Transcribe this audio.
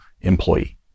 employee